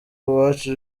uwacu